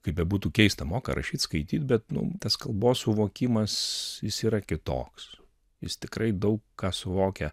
kaip bebūtų keista moka rašyt skaityt bet nu tas kalbos suvokimas jis yra kitoks jis tikrai daug ką suvokia